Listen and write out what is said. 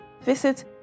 visit